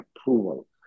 approval